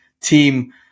team